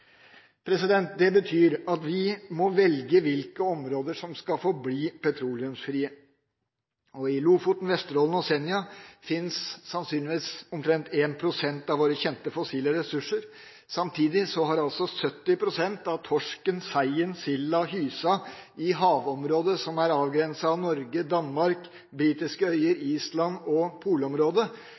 Det betyr at vi må velge hvilke områder som skal forbli petroleumsfrie. Utenfor Lofoten, Vesterålen og Senja fins sannsynligvis omtrent 1 pst. av våre kjente fossile ressurser. Samtidig har 70 pst. av torsken, seien, silda, hysa i havområdet som er avgrenset av Norge, Danmark, britiske øyer, Island og polområdet